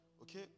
okay